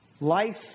Life